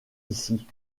ici